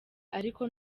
ariko